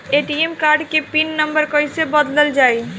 ATM card के pin number कईसे बदलल जाई?